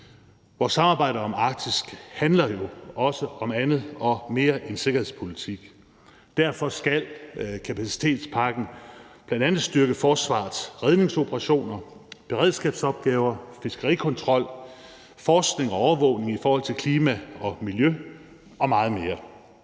Vores samarbejde om Arktis handler jo også om andet og mere end sikkerhedspolitik. Derfor skal kapacitetspakken bl.a. styrke forsvarets redningsoperationer, beredskabsopgaver, fiskerikontrol, forskning og overvågning i forhold til klima og miljø og meget mere.